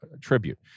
tribute